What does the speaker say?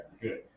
good